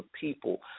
people